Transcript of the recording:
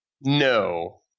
No